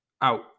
out